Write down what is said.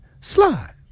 Slide